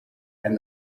and